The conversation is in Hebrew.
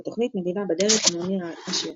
בתוכנית "מדינה בדרך" עם אמיר אשר.